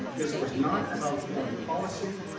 this was not about foreign policy.